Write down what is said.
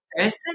person